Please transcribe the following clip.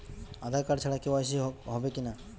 আধার card ছাড়া KYC হবে কিনা?